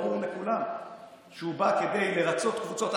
ברור לכולם שהוא בא כדי לרצות קבוצות,